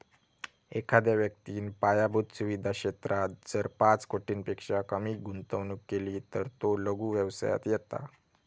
एखाद्या व्यक्तिन पायाभुत सुवीधा क्षेत्रात जर पाच कोटींपेक्षा कमी गुंतवणूक केली तर तो लघु व्यवसायात येता